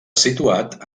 situat